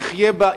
יחיה בה,